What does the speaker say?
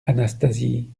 anastasie